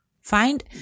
find